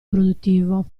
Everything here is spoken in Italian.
produttivo